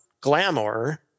Glamour